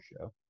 show